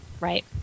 right